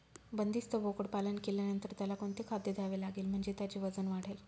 बंदिस्त बोकडपालन केल्यानंतर त्याला कोणते खाद्य द्यावे लागेल म्हणजे त्याचे वजन वाढेल?